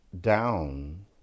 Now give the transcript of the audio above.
down